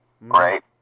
right